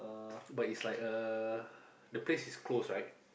but it's like uh the place is close right